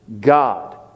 god